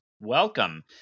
welcome